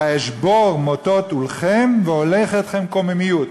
ואשבר מֹטֹת עֻלכם ואולך אתכם קוממיות".